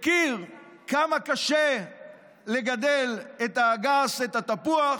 אני מכיר כמה קשה לגדל את האגס, את התפוח,